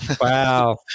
Wow